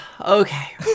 Okay